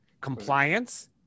Compliance